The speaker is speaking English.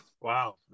Wow